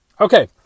Okay